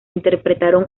interpretaron